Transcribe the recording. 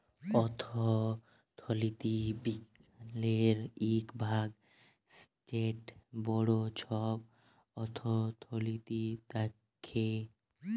অথ্থলিতি বিজ্ঞালের ইক ভাগ যেট বড় ছব অথ্থলিতি দ্যাখে